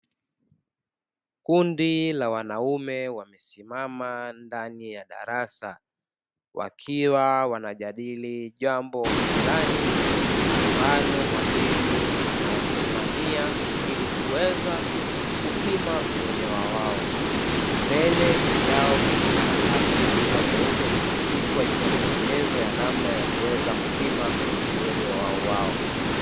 Kundi la wanaume wamesimama ndani ya darasa, wakiwa wanajadili jambo fulani ambalo mwalimu anawasimamia, ili kuweza kupima uelewa wao. Mbele yao kuna karatasi kubwa nyeupe imebandikwa, ikiwa na maelekezo ya namna ya kupima uelewa wao.